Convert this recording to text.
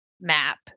map